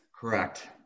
Correct